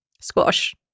Squash